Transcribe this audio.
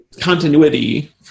continuity